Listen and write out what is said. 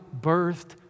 birthed